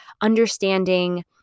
understanding